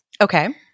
Okay